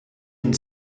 and